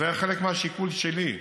זה היה חלק מהשיקול שלי.